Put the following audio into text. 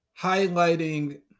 highlighting